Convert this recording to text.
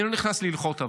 אני לא נכנס להלכות עבר.